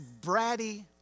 bratty